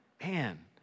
man